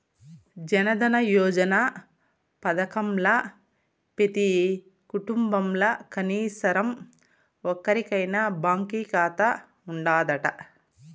జనదన యోజన పదకంల పెతీ కుటుంబంల కనీసరం ఒక్కోరికైనా బాంకీ కాతా ఉండాదట